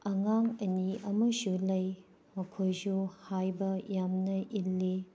ꯑꯉꯥꯡ ꯑꯅꯤ ꯑꯃꯁꯨ ꯂꯩ ꯃꯈꯣꯏꯁꯨ ꯍꯥꯏꯕ ꯌꯥꯝꯅ ꯏꯜꯂꯤ